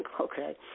Okay